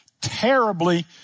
terribly